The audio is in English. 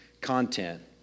content